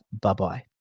Bye-bye